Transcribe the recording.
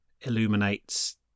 illuminates